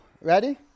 Ready